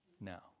now